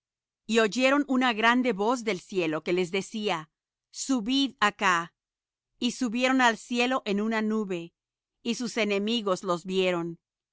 y oyeron una grande voz del cielo que les decía subid acá y subieron al cielo en una nube y sus enemigos los vieron